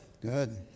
good